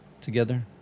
together